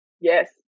Yes